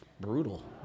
brutal